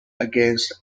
against